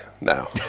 now